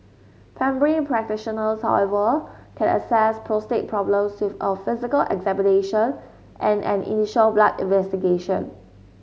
primary practitioners however can assess prostate problems with a physical examination and an initial blood investigation